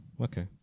okay